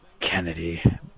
Kennedy